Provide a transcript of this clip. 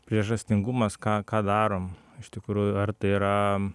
priežastingumas ką ką darom iš tikrųjų ar tai yra